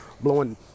blowing